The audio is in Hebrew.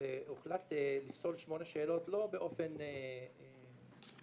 הוחלט לפסול שמונה שאלות לא באופן בחירתי,